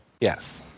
Yes